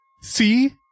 See